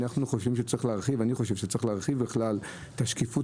אני חושב שצריך להרחיב בכלל את השקיפות